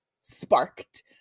sparked